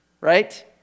right